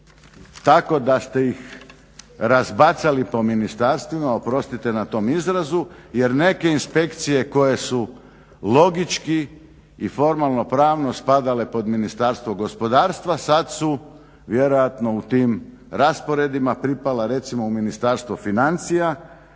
tako da ste ih razbacali po ministarstvima, oprostite na tom izrazu, jer neke inspekcije koje su logički i formalno-pravno spadale pod Ministarstvo gospodarstva sad su vjerojatno u tim rasporedima pripala recimo u Ministarstvo financija.